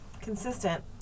consistent